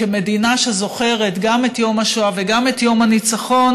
כמדינה שזוכרת גם את יום השואה וגם את יום הניצחון,